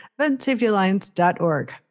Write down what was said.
eventsafetyalliance.org